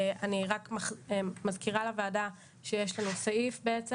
אני רק מזכירה לוועדה שיש לנו סעיף בעצם